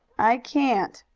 i can't,